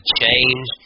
change